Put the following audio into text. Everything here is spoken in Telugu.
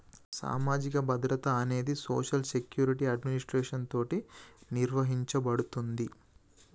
సామాజిక భద్రత అనేది సోషల్ సెక్యురిటి అడ్మినిస్ట్రేషన్ తోటి నిర్వహించబడుతుంది